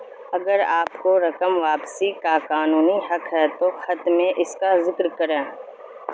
اگر آپ کو رقم واپسی کا قانونی حق ہے تو خط میں اس کا ذکر کریں